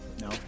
No